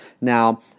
Now